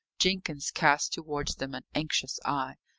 jenkins cast towards them an anxious eye,